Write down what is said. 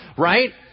Right